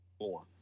more